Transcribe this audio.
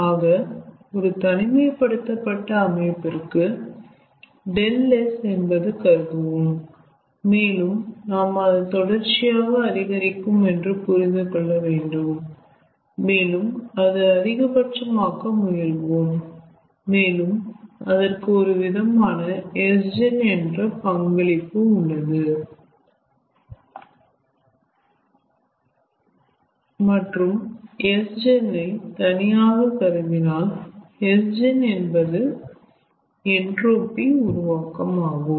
ஆக ஒரு தனிமைப்படுத்தப்பட்ட அமைப்பிற்கு ∆S என்பது கருதுவோம் மேலும் நாம் அது தொடர்ச்சியாக அதிகரிக்கும் என்று புரிந்துகொள்ளவேண்டும் மேலும் அது அதிகபட்சமாக்க முயல்வோம் மேலும் அதற்கு ஒருவிதமான Sgen என்ற பங்களிப்பு உள்ளது மற்றும் Sgen ஐ தனியாக கருதினால் Sgen என்பது என்ட்ரோபி உருவாக்கம் ஆகும்